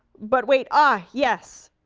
but wait, ah, yes,